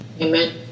amen